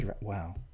Wow